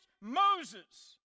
Moses